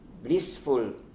blissful